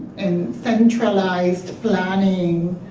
and centralized planning